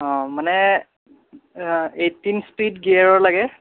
অঁ মানে eighteen speed গিয়েৰৰ লাগে